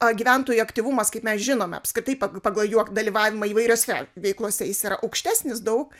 gyventojų aktyvumas kaip mes žinome apskritai pagal jo dalyvavimą įvairiose veiklose jis yra aukštesnis daug